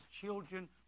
children